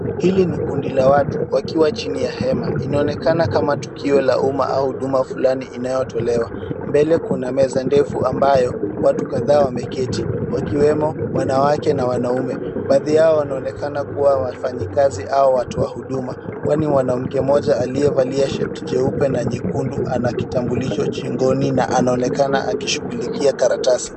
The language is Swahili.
Hili ni kundi la watu wakiwa chini ya hema. Inaonekana kama tukio la umma au huduma fulani inayotolewa. Mbele kuna meza ndefu ambayo watu kadhaa wameketi wakiwemo wanawake na wanaume. Baadhi yao wanaonekana kuwa wafanyikazi au watu wa huduma kwani mwanamke mmoja aliyevalia shati jeupe na nyekundu ana kitambulisho shingoni na anaonekana akishughulikia karatasi.